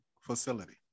facility